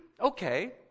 okay